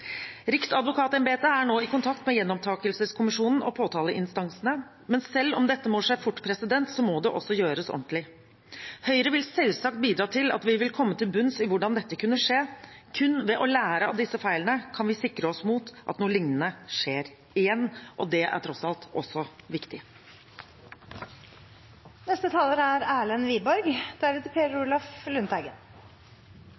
Riksadvokatembetet er nå i kontakt med Gjenopptakelseskommisjonen og påtaleinstansene. Men selv om dette må skje fort, må det gjøres ordentlig. Høyre vil selvsagt bidra til å komme til bunns i hvordan dette kunne skje. Kun ved å lære av disse feilene kan vi sikre oss mot at noe lignende skjer igjen. Det er tross alt også viktig. Jeg vil først takke statsråden for redegjørelsen. En stats viktigste oppgave er